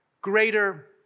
greater